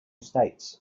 estates